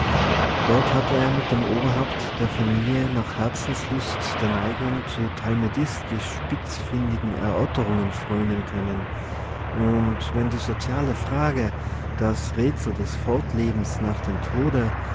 dort hatte er mit dem oberhaupt der familie nach herzenslust der neigung zu talmudistisch spitzfindigen erörterungen frönen können und wenn die soziale frage das rätsel des fortlebens nach dem tode